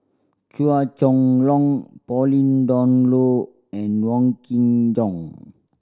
Chua Chong Long Pauline Dawn Loh and Wong Kin Jong